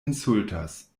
insultas